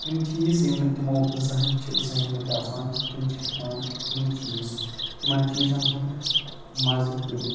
یِم چیٖز یِم نہٕ تِمَو زٕہٕنۍ چھِ زٲنۍمٕتۍ آسان تِم چھِ ہٮ۪کان تِم چیٖز تِمَن چیٖزَن ہُند مَزٕ تُلِتھ